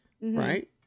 right